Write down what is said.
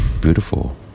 beautiful